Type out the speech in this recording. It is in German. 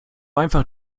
einfach